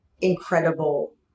incredible